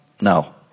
no